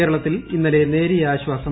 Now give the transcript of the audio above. കേരളത്തിൽ ഇന്നലെ നേരിയു ആശ്ചാസം